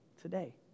today